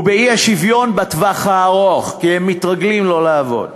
ובאי-שוויון בטווח הארוך, כי הם מתרגלים לא לעבוד.